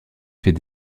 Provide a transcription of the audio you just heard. fait